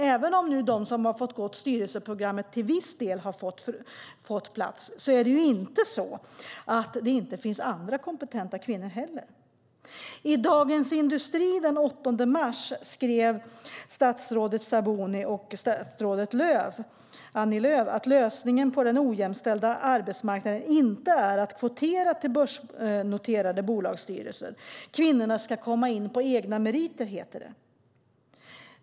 Även om de som har gått styrelseprogrammet till viss del har fått plats är det inte så att det inte finns andra kompetenta kvinnor. I Dagens Industri den 10 februari skrev statsrådet Nyamko Sabuni och statsrådet Annie Lööf att lösningen på den ojämställda arbetsmarknaden inte är att kvotera till börsnoterade bolagsstyrelser. Kvinnorna ska komma in på egna meriter, heter det.